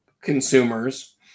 consumers